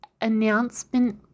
announcement